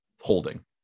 holding